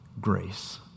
grace